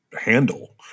handle